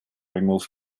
removed